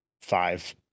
five